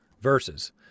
verses